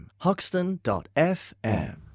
Hoxton.fm